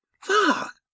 fuck